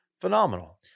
Phenomenal